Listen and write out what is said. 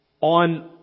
on